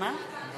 טוב